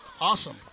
Awesome